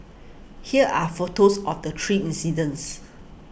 here are photos of the three incidents